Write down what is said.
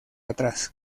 atrás